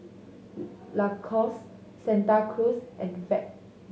Lacoste Santa Cruz and Fab